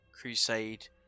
Crusade